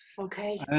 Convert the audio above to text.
Okay